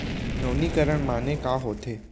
नवीनीकरण माने का होथे?